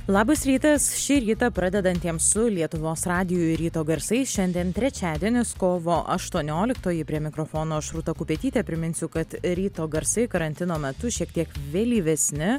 labas rytas šį rytą pradedantiem su lietuvos radiju ir ryto garsais šiandien trečiadienis kovo aštuonioliktoji prie mikrofono aš rūta kupetytė priminsiu kad ryto garsai karantino metu šiek tiek vėlyvesni